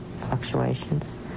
fluctuations